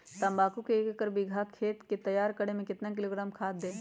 तम्बाकू के एक बीघा खेत तैयार करें मे कितना किलोग्राम खाद दे?